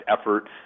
effort